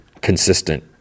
consistent